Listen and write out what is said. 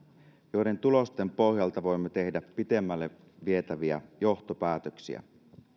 joiden tulosten pohjalta voimme tehdä pitemmälle vietäviä johtopäätöksiä